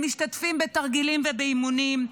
הם משתתפים בתרגילים ובאימונים,